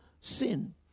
sin